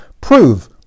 prove